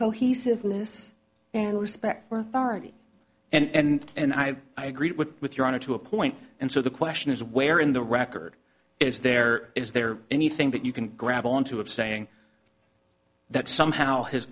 cohesiveness and respect for authority and and i i agree with your honor to a point and so the question is where in the record is there is there anything that you can grab onto of saying that somehow his